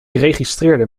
registreerde